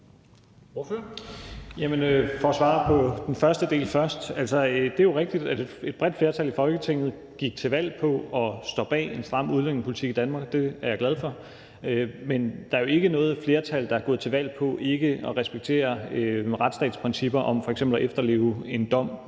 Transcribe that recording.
For at svare på den første del først er det jo rigtigt, at et bredt flertal i Folketinget gik til valg på at stå bag en stram udlændingepolitik i Danmark. Det er jeg glad for. Men der er jo ikke noget flertal, der er gået til valg på ikke at respektere retsstatsprincipper om f.eks. at efterleve en dom